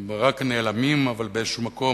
הם רק נעלמים, אבל באיזה מקום